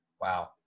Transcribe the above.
Wow